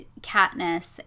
Katniss